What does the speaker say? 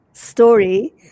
story